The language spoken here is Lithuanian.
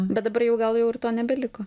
bet dabar jau gal jau ir to nebeliko